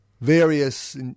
various